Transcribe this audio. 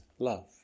love